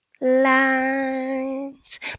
lines